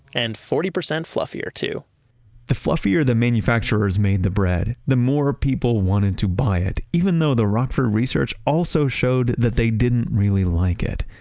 and forty percent fluffier too the fluffier the manufacturers made the bread, the more people wanted to buy it. even though the rockford research also showed that they didn't really like it.